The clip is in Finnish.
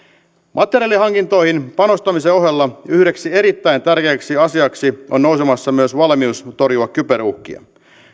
materiaalihankintoihin panostamisen ohella yhdeksi erittäin tärkeäksi asiaksi on nousemassa myös valmius torjua kyberuhkia